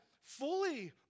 fully